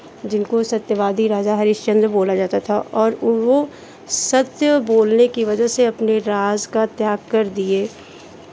जिनको सत्यवादी राजा हरिश्चन्द्र बोला जाता था और वो सत्य बोलने की वजह से अपने राज का त्याग कर दिए